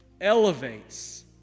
elevates